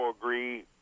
agree